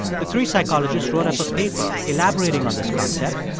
the three psychologists wrote up a paper elaborating on this concept.